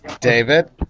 David